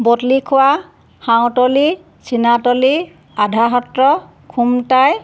বটলি খোৱা হাঁতলি চীনাতলি আধা সত্ৰ খোমটাই